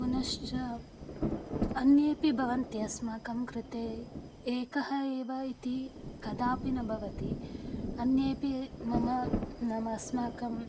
पुनश्च अन्येऽपि भवन्ति अस्माकं कृते एकः एव इति कदापि न भवति अन्येऽपि मम नाम अस्मान्